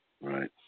Right